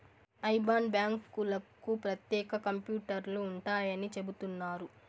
IBAN బ్యాంకులకు ప్రత్యేక కంప్యూటర్లు ఉంటాయని చెబుతున్నారు